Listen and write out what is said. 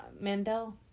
mandel